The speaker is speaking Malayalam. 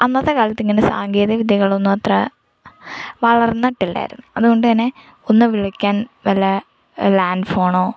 അന്നത്തെ കാലത്ത് ഇങ്ങനെ സാങ്കേതിക വിദ്യകൾ ഒന്നും അത്ര വളർന്നിട്ടില്ലായിരുന്നു അതുകൊണ്ട് തന്നെ ഒന്ന് വിളിക്കാൻ വല്ല ലാൻഡ് ഫോണോ